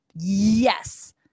yes